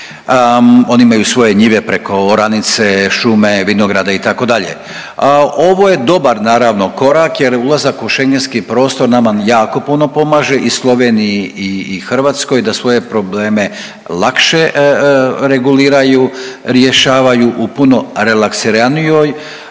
Oni imaju svoje njive preko oranice, šume, vinograde, itd., a ovo je dobar naravno korak jer ulazak u Šengenski prostor nama jako puno pomaže i Sloveniji i Hrvatskoj, da svoje probleme lakše reguliraju, rješavaju u puno relaksiranijoj